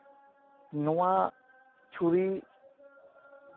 ᱱᱚᱣᱟ ᱪᱷᱩᱨᱤ